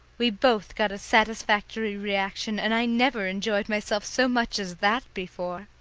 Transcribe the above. we both got a satisfactory reaction, and i never enjoyed myself so much as that before.